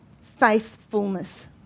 faithfulness